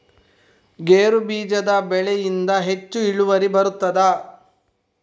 ಗೇರು ಬೀಜದ ಬೆಳೆಯಿಂದ ಹೆಚ್ಚು ಇಳುವರಿ ಬರುತ್ತದಾ?